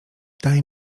daj